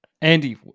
Andy